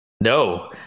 No